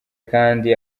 kandi